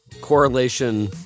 correlation